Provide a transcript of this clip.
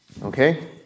Okay